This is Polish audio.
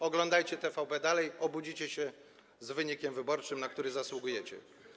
Oglądajcie TVP dalej, obudzicie się z wynikiem wyborczym, na który zasługujecie.